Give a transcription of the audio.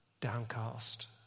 downcast